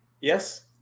yes